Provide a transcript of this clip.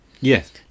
Yes